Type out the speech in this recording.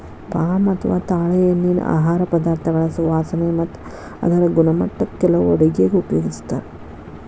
palm ಅಥವಾ ತಾಳೆಎಣ್ಣಿನಾ ಆಹಾರ ಪದಾರ್ಥಗಳ ಸುವಾಸನೆ ಮತ್ತ ಅದರ ಗುಣಮಟ್ಟಕ್ಕ ಕೆಲವು ಅಡುಗೆಗ ಉಪಯೋಗಿಸ್ತಾರ